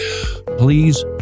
please